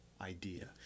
idea